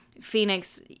Phoenix